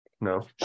No